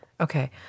Okay